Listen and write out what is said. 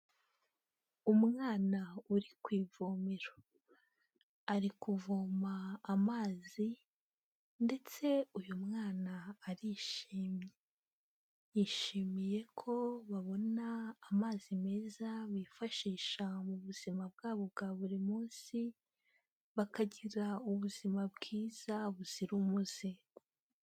Umwana uri ku ivomero, ari kuvoma amazi ndetse uyu mwana arishimye. Yishimiye ko babona amazi meza bifashisha mu buzima bwabo bwa buri munsi bakagira ubuzima bwiza buzira umuze.